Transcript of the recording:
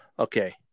Okay